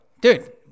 Dude